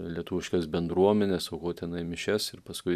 lietuviškas bendruomenes aukot ten mišias ir paskui